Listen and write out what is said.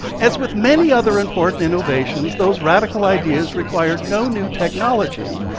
as with many other important innovations, those radical ideas required no new technology,